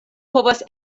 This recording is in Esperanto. povas